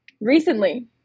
Recently